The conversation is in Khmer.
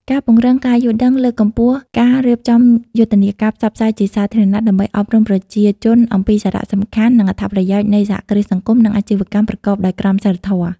ការពង្រឹងការយល់ដឹង លើកកម្ពស់ការរៀបចំយុទ្ធនាការផ្សព្វផ្សាយជាសាធារណៈ ដើម្បីអប់រំប្រជាជនអំពីសារៈសំខាន់ និងអត្ថប្រយោជន៍នៃសហគ្រាសសង្គម និងអាជីវកម្មប្រកបដោយក្រមសីលធម៌ ។